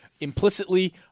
implicitly